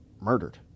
murdered